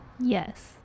Yes